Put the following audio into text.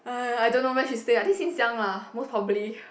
uh I don't know where she stay uh I think since young lah most probably